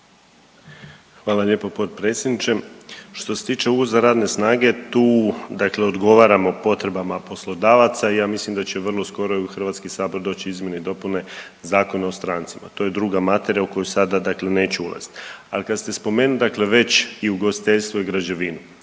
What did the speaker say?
Hvala lijepo potpredsjedniče. Što se tiče uvoza radne snage tu, dakle odgovaramo potrebama poslodavaca i ja mislim da će vrlo skoro i u Hrvatski sabor doći izmjene i dopune Zakona o strancima. To je druga materija u koju sada, dakle neću ulaziti. Ali kad ste spomenuli, dakle već i ugostiteljstvo i građevinu